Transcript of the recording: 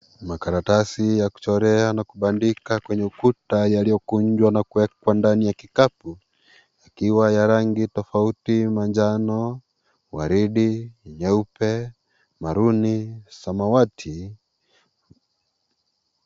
Makaratasi ya kuchorea na kubandikwa kwenye ukuta yaliyopangwa na kuwekwa ndani ya kikapu, yakiwa ya rangi tofauti, manjano, waridi, nyeupe, waruni, samawati.